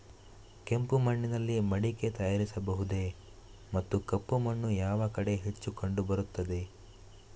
ಕೆಂಪು ಮಣ್ಣಿನಲ್ಲಿ ಮಡಿಕೆ ತಯಾರಿಸಬಹುದೇ ಮತ್ತು ಕಪ್ಪು ಮಣ್ಣು ಯಾವ ಕಡೆ ಹೆಚ್ಚು ಕಂಡುಬರುತ್ತದೆ?